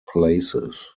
places